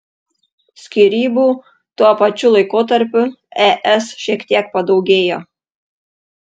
skyrybų tuo pačiu laikotarpiu es šiek tiek padaugėjo